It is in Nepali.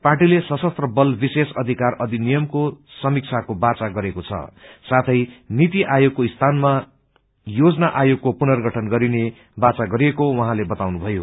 पार्टीले सशस्त्र बल विशेष अधिकार अधिनियमको समीक्षाको वाचा गरेको साथै नीति आयोगको स्थानमा योजना आयोगको पुनर्गठन गरिने वाचा गरिएको उहाँले बताउनुभयो